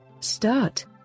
Start